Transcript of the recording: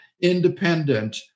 independent